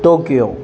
Tokyo